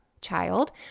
child